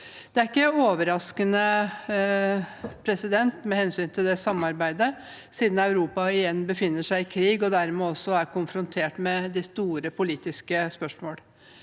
Det er ikke overraskende med hensyn til det samarbeidet, siden Europa igjen befinner seg i krig og dermed også er konfrontert med de store politiske spørsmål.